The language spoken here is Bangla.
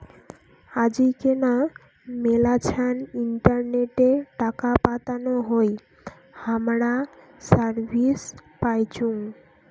আজিকেনা মেলাছান ইন্টারনেটে টাকা পাতানো হই হামরা সার্ভিস পাইচুঙ